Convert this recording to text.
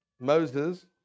Moses